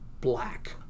black